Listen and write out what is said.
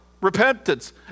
repentance